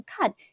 God